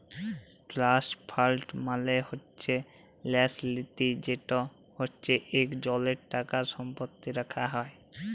trust fund মালে হছে ল্যাস লিতি যেট হছে ইকজলের টাকা সম্পত্তি রাখা হ্যয়